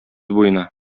буена